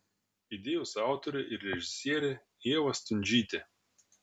idėjos autorė ir režisierė ieva stundžytė